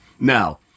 Now